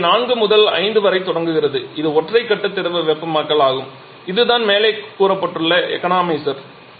இது புள்ளி 4 முதல் 5 வரை தொடங்குகிறது இது ஒற்றை கட்ட திரவ வெப்பமாக்கல் ஆகும் இதுதான் மேலே கூறப்பட்ட எக்கானமைசர்